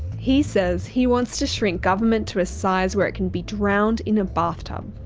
he says he wants to shrink government to a size where it can be drowned in a bathtub.